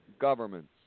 governments